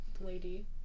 lady